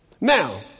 Now